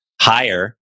higher